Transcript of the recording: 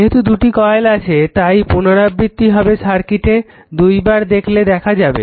যেহেতু দুটি কয়েল আছে তাই পুনারাবৃত্তী হবে সার্কিটটিকে দুইবার দেখলে দেখা যাবে